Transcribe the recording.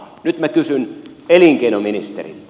nyt minä kysyn elinkeinoministeriltä